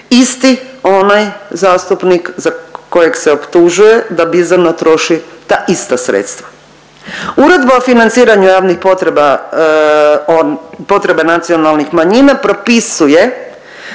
isti onaj zastupnik kojeg se optužuje da bizarno troši ta ista sredstva. Uredba o financiranju javnih potreba, potreba nacionalnih manjina propisuje